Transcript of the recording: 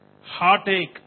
heartache